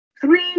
three